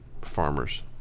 farmers